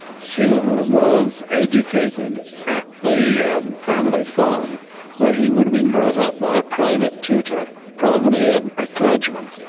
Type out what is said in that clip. hume was educated at the family farm where he would have been brought up by a private tutor, probably ah a clergyman.